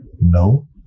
No